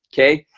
okay,